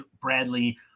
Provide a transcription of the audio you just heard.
Bradley